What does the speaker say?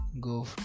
go